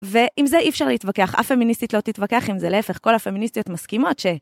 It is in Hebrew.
ועם זה אי אפשר להתווכח, אף פמיניסטית לא תתווכח עם זה, להפך כל הפמיניסטיות מסכימות ש...